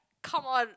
come on